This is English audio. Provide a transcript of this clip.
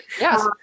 Yes